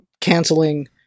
canceling